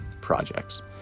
projects